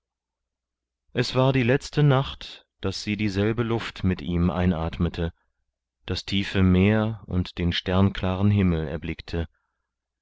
es war die letzte nacht daß sie dieselbe luft mit ihm einatmete das tiefe meer und den sternklaren himmel erblickte